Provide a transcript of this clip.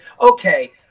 okay